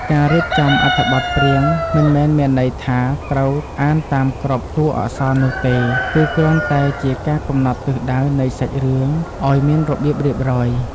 ការរៀបចំអត្ថបទព្រាងមិនមែនមានន័យថាត្រូវអានតាមគ្រប់តួអក្សរនោះទេគឺគ្រាន់តែជាការកំណត់ទិសដៅនៃសាច់រឿងឱ្យមានរបៀបរៀបរយ។